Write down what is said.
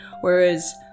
whereas